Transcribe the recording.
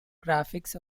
graphics